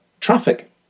traffic